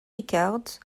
records